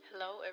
Hello